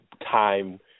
time